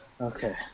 Okay